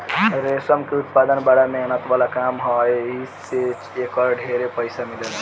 रेशम के उत्पदान बड़ा मेहनत वाला काम ह एही से एकर ढेरे पईसा मिलेला